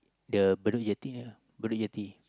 the Bedok Jetty there lah Bedok Jetty